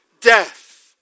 death